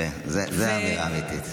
זו אמירה אמיתית.